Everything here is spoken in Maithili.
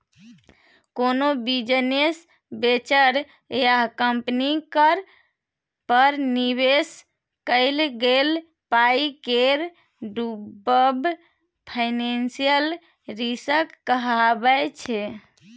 कोनो बिजनेस वेंचर या कंपनीक पर निबेश कएल गेल पाइ केर डुबब फाइनेंशियल रिस्क कहाबै छै